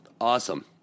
Awesome